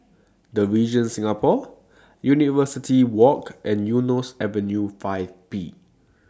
The Regent Singapore University Walk and Eunos Avenue five B